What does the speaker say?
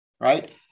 right